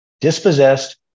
dispossessed